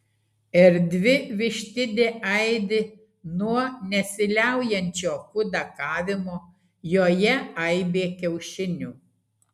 erdvi vištidė aidi nuo nesiliaujančio kudakavimo joje aibė kiaušinių